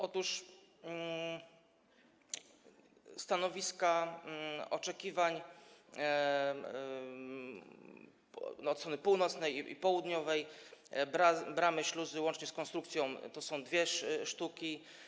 Otóż stanowiska oczekiwań od strony północnej i południowej, bramy śluzy łącznie z konstrukcją to są dwie sztuki.